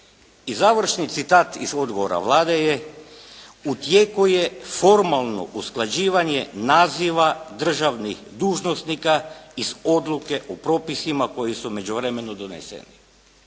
I završni citat iz odgovora Vlade je: "U tijeku je formalno usklađivanje naziva državnih dužnosnika iz Odluke o propisima koji su u međuvremenu doneseni.".